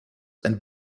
and